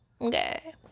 okay